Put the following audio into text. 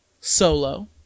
Solo